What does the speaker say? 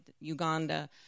Uganda